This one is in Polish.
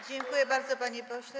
Dziękuję bardzo, panie pośle.